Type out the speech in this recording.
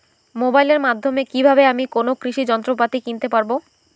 মোবাইলের মাধ্যমে কীভাবে আমি কোনো কৃষি যন্ত্রপাতি কিনতে পারবো?